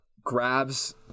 grabs